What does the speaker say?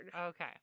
okay